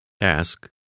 Ask